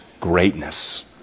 greatness